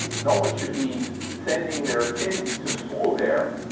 no one should be sending their kids to school there.